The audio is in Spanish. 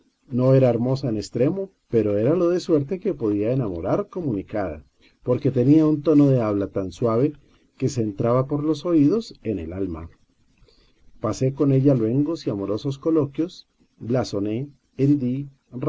no era hermosa en extremo pero éralo de suerte que podía enamorar comunicada porque te nía un tono de habla tan suave que se entraba por los oídos en el alma pasé con ella luengos y amorosos coloquios blasoné hendí